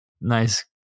nice